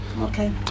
Okay